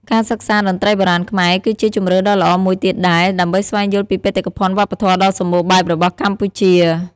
ការសិក្សាតន្ត្រីបុរាណខ្មែរ គឺជាជម្រើសដ៏ល្អមួយទៀតដែរ ដើម្បីស្វែងយល់ពីបេតិកភណ្ឌវប្បធម៌ដ៏សម្បូរបែបរបស់កម្ពុជា។